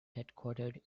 headquartered